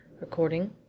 Recording